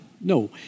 no